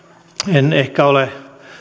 en ehkä ole